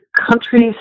countries